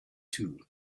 too